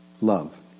love